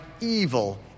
evil